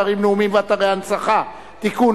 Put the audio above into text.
אתרים לאומיים ואתרי הנצחה (תיקון,